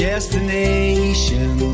Destination